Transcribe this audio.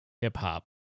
hip-hop